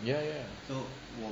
ya ya